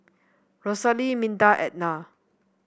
Rosalia Minda Etna